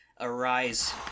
arise